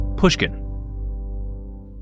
Pushkin